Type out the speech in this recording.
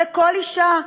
לכל אישה,